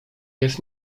jest